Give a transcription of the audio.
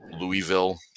Louisville